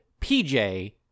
PJ